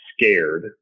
scared